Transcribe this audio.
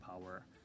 power